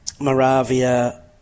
Moravia